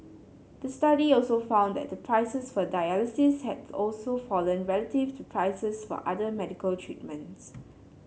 the study also found that the prices for dialysis had also fallen relative to prices for other medical treatments